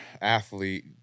athlete